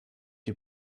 die